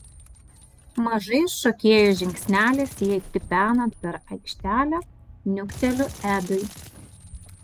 mažais šokėjos žingsneliais jai tipenant per aikštelę niukteliu edui